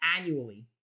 annually